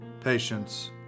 patience